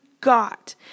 got